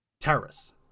terrorists